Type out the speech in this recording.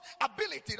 ability